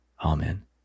Amen